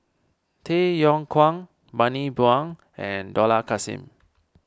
Tay Yong Kwang Bani Buang and Dollah Kassim